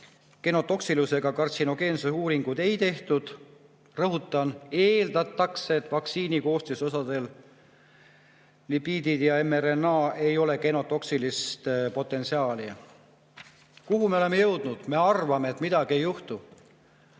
genotoksilisuse ega kartsinogeensuse uuringuid ei tehtud, ma rõhutan, eeldatakse, et vaktsiini koostisosadel, lipiididel ja mRNA‑l, ei ole genotoksilist potentsiaali. Kuhu me oleme jõudnud? Me arvame, et midagi ei juhtu.